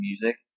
music